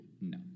No